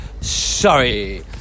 Sorry